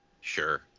Sure